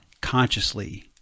consciously